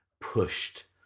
pushed